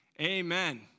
Amen